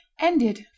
ended